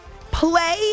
play